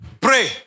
Pray